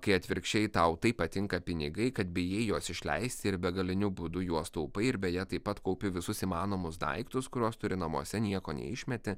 kai atvirkščiai tau taip patinka pinigai kad bijai juos išleisti ir begaliniu būdu juos taupai ir beje taip pat kaupi visus įmanomus daiktus kuriuos turi namuose nieko neišmeti